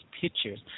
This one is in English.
pictures